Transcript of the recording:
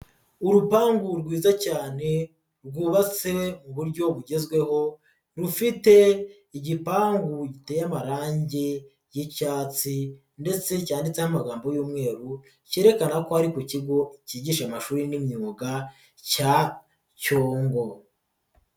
Urupangu rwiza cyane rwubatse mu buryo bugezweho rufite igipangu giteye amarangi y'icyatsi ndetse cyanditseho amagambo y'umweru kerekana ko ari ku kigo kigisha amashuri n'imyuga cya Cyongo.